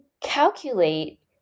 calculate